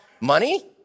money